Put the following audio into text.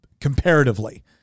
comparatively